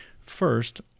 First